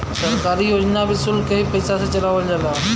सरकारी योजना भी सुल्क के ही पइसा से चलावल जाला